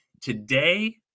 today